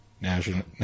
National